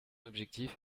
objectif